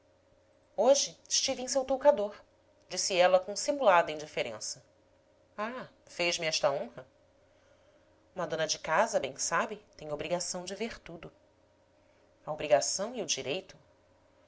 hoje estive em seu toucador disse ela com simulada indiferença ah fez-me esta honra uma dona-de-casa bem sabe tem obrigação de ver tudo a obrigação e o direito